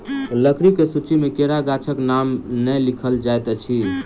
लकड़ीक सूची मे केरा गाछक नाम नै लिखल जाइत अछि